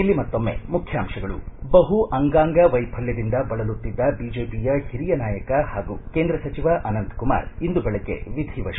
ಕೊನೆಯಲ್ಲಿ ಮತ್ತೊಮ್ಮೆ ಮುಖ್ಯಾಂಶಗಳು ಬಹು ಅಂಗಾಂಗ ವೈಫಲ್ಯದಿಂದ ಬಳಲುತ್ತಿದ್ದ ಬಿಜೆಪಿಯ ಹಿರಿಯ ನಾಯಕ ಹಾಗೂ ಕೇಂದ್ರ ಸಚಿವ ಅನಂತ ಕುಮಾರ್ ಇಂದು ಬೆಳಗ್ಗೆ ವಿಧಿವಶ